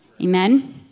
Amen